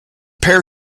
pair